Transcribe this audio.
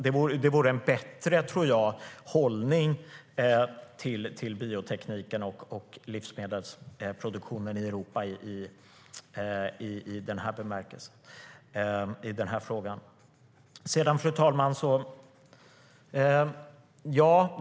Det vore en bättre hållning till biotekniken och livsmedelsproduktionen i Europa i den frågan. Fru talman!